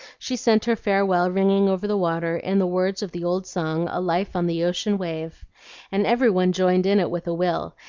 she sent her farewell ringing over the water in the words of the old song, a life on the ocean wave and every one joined in it with a will,